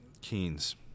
Keen's